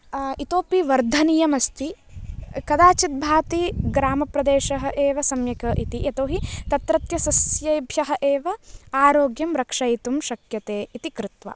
इतोपि वर्धनीयमस्ति कदाचित् भाति ग्रामप्रदेशः एव सम्यक् इति यतो हि तत्रत्य सस्येभ्यः एव आरोग्यं रक्षयितुं शक्यते इति कृत्वा